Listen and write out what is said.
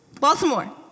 Baltimore